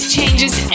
Changes